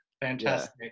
Fantastic